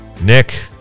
Nick